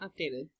Updated